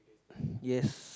yes